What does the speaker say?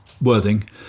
Worthing